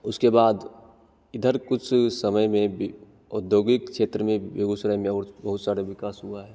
उसके बाद इधर कुछ समय में भी उद्योगिक क्षेत्र में बेगुसराय में और बहुत सारा विकास हुआ है